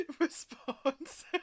response